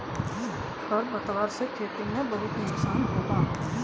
खर पतवार से खेती में बहुत नुकसान होला